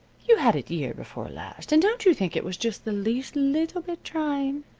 you had it year before last, and don't you think it was just the least leetle bit trying?